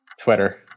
Twitter